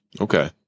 Okay